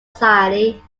society